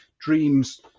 dreams